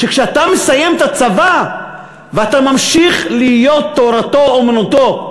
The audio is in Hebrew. שכשאתה מסיים את הצבא ואתה ממשיך להיות בגדר תורתו-אומנותו,